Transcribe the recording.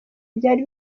byari